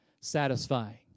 satisfying